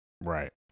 Right